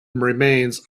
remains